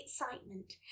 excitement